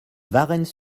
varennes